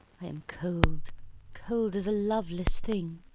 i am cold cold as a loveless thing.